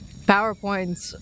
PowerPoints